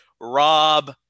Rob